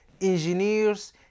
engineers